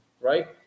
right